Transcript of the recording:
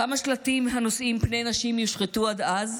כמה שלטים הנושאים פני נשים יושחתו עד אז?